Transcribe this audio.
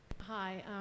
Hi